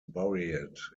buried